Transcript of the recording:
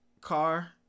car